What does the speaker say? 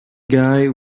guy